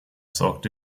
sorgte